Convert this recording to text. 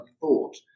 thought